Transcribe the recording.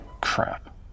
Crap